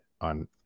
on